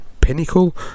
pinnacle